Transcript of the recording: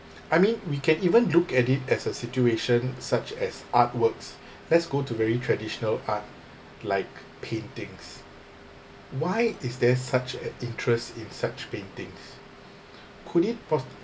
I mean we can even look at it as a situation such as artworks let's go to very traditional art like paintings why is there such as interest in such paintings could it